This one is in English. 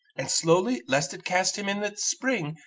and slowly, lest it cast him in its spring.